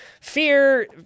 Fear